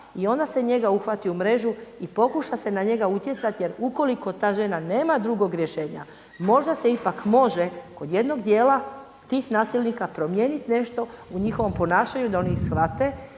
i onda se njega uhvati u mrežu i pokuša se na njega utjecati jer ukoliko ta žena nema drugog rješenja, možda se ipak može kod jednog dijela tih nasilnika promijeniti nešto u njihovom ponašanju da oni shvate